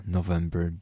November